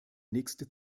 nächste